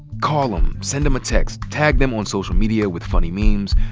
call em. send em a text. tag them on social media with funny memes.